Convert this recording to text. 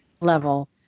level